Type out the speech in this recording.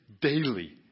daily